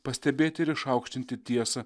pastebėti ir išaukštinti tiesą